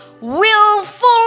willful